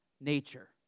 nature